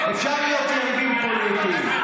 אפשר להיות יריבים פוליטיים.